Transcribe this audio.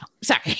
Sorry